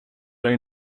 dig